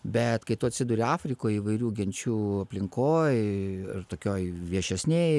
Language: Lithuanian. bet kai tu atsiduri afrikoj įvairių genčių aplinkoj ir tokioj viešesnėj